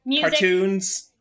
cartoons